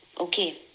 okay